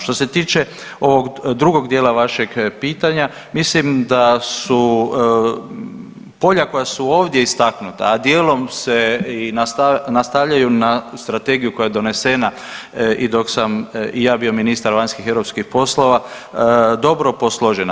Što se tiče ovog drugog dijela vašeg pitanja, mislim da su polja koja su ovdje istaknuta, a dijelom se i nastavljaju na strategiju koja je donesena i dok sam i ja bio ministar vanjskih i europskih poslova, dobro posložena.